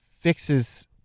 fixes